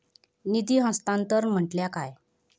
निधी हस्तांतरण म्हटल्या काय?